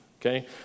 Okay